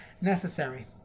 necessary